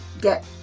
get